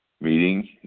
meeting